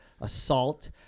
assault